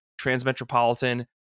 transmetropolitan